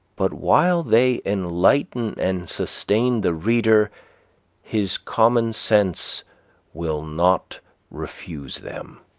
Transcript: but while they enlighten and sustain the reader his common sense will not refuse them.